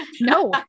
no